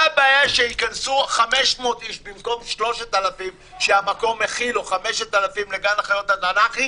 מה הבעיה שייכנסו 500 איש במקום 3,000 או 5,000 בגן החיות התנ"כי